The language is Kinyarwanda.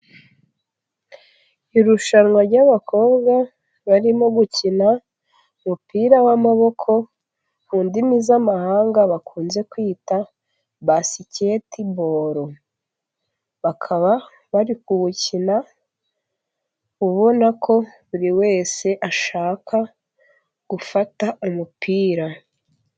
Irushanwa ry'abakobwa barimo gukina umupira w'amaboko, ku ndimi z'amahanga bakunze kwita basiketi boru, bakaba bari kuwukina ubona ko buri wese ashaka gufata umupira.